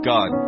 God